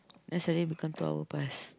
then suddenly become two hour plus